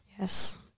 Yes